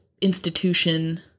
institution